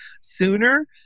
sooner